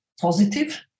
positive